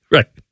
Right